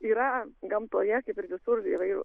yra gamtoje kaip ir visur įvairūs